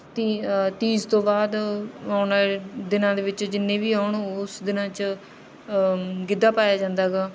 ਤੀ ਤੀਜ ਤੋਂ ਬਾਅਦ ਆਉਣ ਵਾਲੇ ਦਿਨਾਂ ਦੇ ਵਿੱਚ ਜਿੰਨੇ ਵੀ ਆਉਣ ਉਸ ਦਿਨਾਂ 'ਚ ਗਿੱਧਾ ਪਾਇਆ ਜਾਂਦਾ ਹੈਗਾ